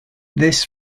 this